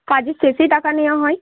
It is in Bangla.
কাজের শেষে টাকা নেওয়া হয়